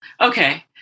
Okay